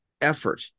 effort